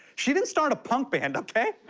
she didn't start a punk band, okay?